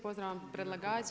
Pozdravljam predlagače.